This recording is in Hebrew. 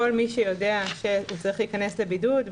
כל מי שיודע שהוא צריך להיכנס לבידוד,